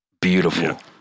Beautiful